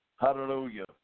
hallelujah